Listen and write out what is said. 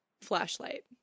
Flashlight